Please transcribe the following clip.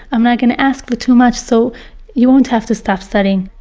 i'm not gonna ask for too much, so you won't have to stop studying.